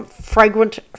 Fragrant